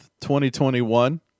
2021